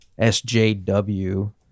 SJW